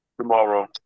Tomorrow